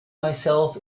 myself